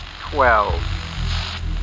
twelve